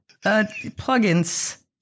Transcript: plugins